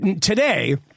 Today